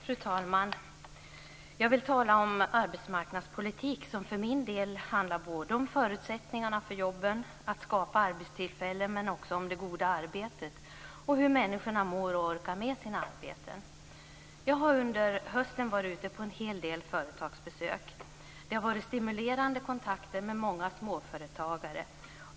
Fru talman! Jag vill tala om arbetsmarknadspolitik som för min del handlar om förutsättningarna för jobben, om att skapa arbetstillfällen men också om det goda arbetet och om hur människorna mår och orkar med sina arbeten. Jag har under hösten varit ute på en hel del företagsbesök. Det har varit stimulerande kontakter med många småföretagare.